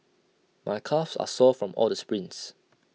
my calves are sore from all the sprints